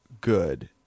good